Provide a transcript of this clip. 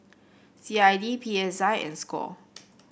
C I D P S I and Score